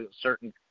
certain